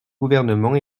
gouvernement